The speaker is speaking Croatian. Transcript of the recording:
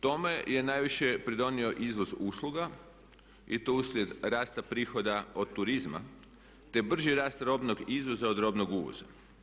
Tome je najviše pridonio izvoz usluga i to uslijed rasta prihoda od turizma, te brži rast robnog izvoza od robnog uvoza.